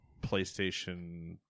PlayStation